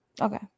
Okay